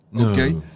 Okay